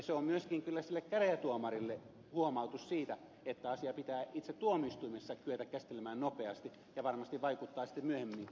se on myöskin kyllä sille käräjätuomarille huomautus siitä että asia pitää itse tuomioistuimessa kyetä käsittelemään nopeasti ja varmasti vaikuttaa sitten myöhemminkin prosesseihin